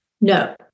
No